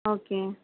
okay